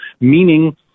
meaning